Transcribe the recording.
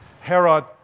Herod